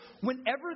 whenever